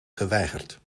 geweigerd